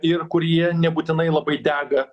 ir kurie nebūtinai labai dega